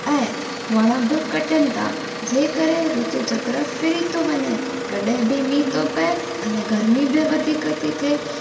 ऐं वण बि कटनि था जंहिं करे ऋतु चक्र फिरी थो वञे कॾहिं बि मींहुं थो पए अने गर्मी बि वधीक थी थिए